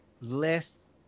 less